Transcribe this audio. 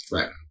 Right